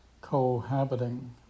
cohabiting